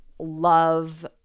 Love